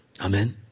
Amen